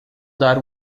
dar